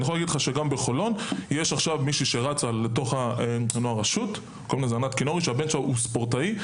עכשיו בחולון יש מישהי בשם ענת כינורי שרצה לרשות והבן שלה ספורטאי,